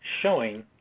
Showing